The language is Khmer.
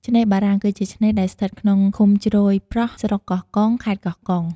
ឆ្នេរបារាំង គឺជាឆ្នេរដែលស្ថិតក្នុងឃុំជ្រោយប្រស់ ស្រុកកោះកុង ខេត្តកោះកុង។